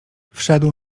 wszedł